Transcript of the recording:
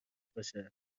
باشه